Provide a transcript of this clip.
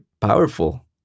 powerful